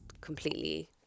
completely